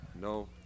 No